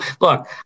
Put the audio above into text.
Look